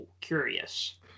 curious